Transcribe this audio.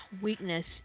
weakness